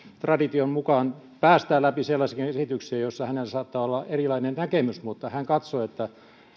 tradition mukaan päästää läpi sellaisiakin esityksiä joissa hänellä saattaa erilainen näkemys mutta hän katsoo että